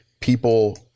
people